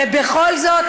ובכל זאת,